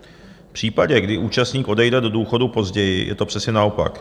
V případě, kdy účastník odejde do důchodu později, je to přesně naopak.